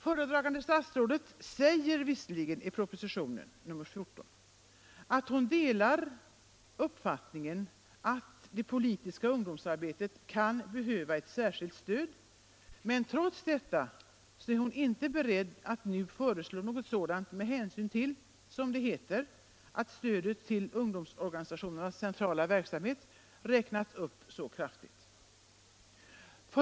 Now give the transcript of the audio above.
Föredragande statsrådet säger visserligen i propositionen 14 att hon delar uppfattningen att det politiska ungdomsarbetet kan behöva ett särskilt stöd. Trots detta är hon emellertid inte beredd att nu föreslå något sådant med hänsyn till, som det heter, att stödet till ungdomsorganisationernas centrala verksamhet räknats upp så kraftigt.